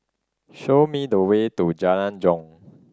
show me the way to Jalan Jong